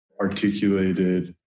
articulated